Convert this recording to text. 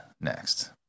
next